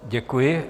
Děkuji.